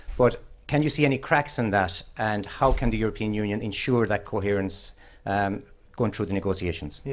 but can you see any cracks in that, and how can the european union ensure that coherence and going through the negotiations?